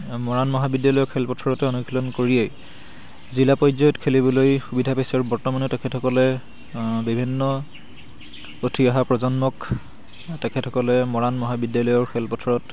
মৰাণ মহাবিদ্যালয়ৰ খেলপথাৰতে অনুশীলন কৰিয়েই জিলা পৰ্যায়ত খেলিবলৈ সুবিধা পাইছে আৰু বৰ্তমানো তেখেতসকলে বিভিন্ন উঠি অহা প্ৰজন্মক তেখেতসকলে মৰাণ মহাবিদ্যালয়ৰ খেলপথাৰত